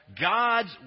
God's